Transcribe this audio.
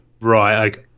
Right